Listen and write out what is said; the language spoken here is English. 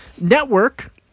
network